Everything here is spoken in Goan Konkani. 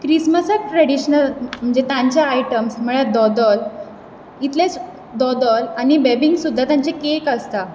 क्रिस्मसाक ट्रेडिशनल म्हणजे तांचे आइटम्स तांचे दोदोल इतलेंच दोदोल आनी बेबींक सुद्दां तांचे केक आसतात